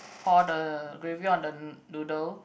pour the gravy on the noodle